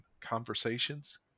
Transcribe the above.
conversations